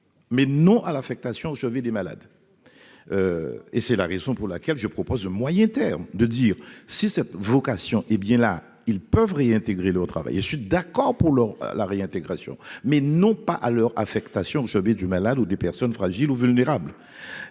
mais non à l'affectation au chevet des malades et c'est la raison pour laquelle je propose de moyen terme de dire si cette vocation, hé bien là ils peuvent réintégrer leur sud d'accord pour heure la réintégration mais non pas à leur affectation du malade ou des personnes fragiles ou vulnérables,